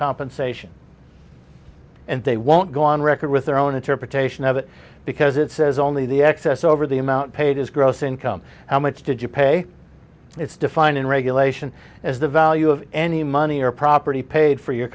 compensation and they won't go on record with their own interpretation of it because it says only the excess over the amount paid is gross income how much did you pay it's defined in regulation as the value of any money or property paid for your